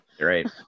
right